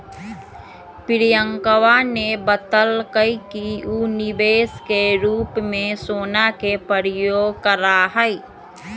प्रियंकवा ने बतल कई कि ऊ निवेश के रूप में सोना के प्रयोग करा हई